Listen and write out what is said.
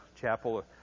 chapel